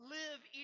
live